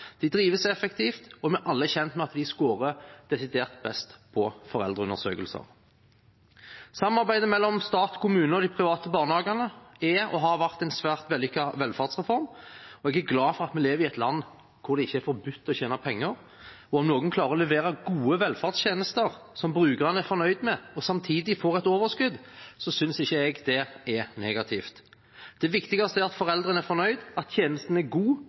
vi er alle kjent med at de skårer desidert best på foreldreundersøkelser. Samarbeidet mellom stat, kommune og de private barnehagene er og har vært en svært vellykket velferdsreform, og jeg er glad for at vi lever i et land der det ikke er forbudt å tjene penger. Om noen klarer å levere gode velferdstjenester som brukerne er fornøyd med, og samtidig får et overskudd, synes ikke jeg det er negativt. Det viktigste er at foreldrene er fornøyde, og at tjenesten er god,